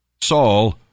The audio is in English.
Saul